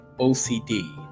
OCD